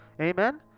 Amen